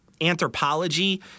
anthropology